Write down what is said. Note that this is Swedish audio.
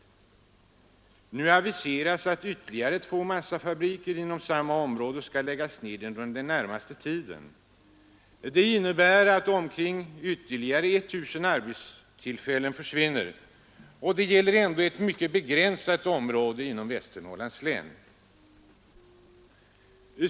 Nu aviseras att ytterligare två massafabriker i samma område skall läggas ned inom den närmaste tiden. Det innebär att ytterligare omkring 1 000 arbetstillfällen försvinner, och det gäller ändå ett mycket begränsat område inom Västernorrlands län.